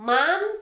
Mom